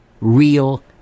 real